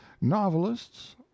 novelists